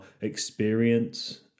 experience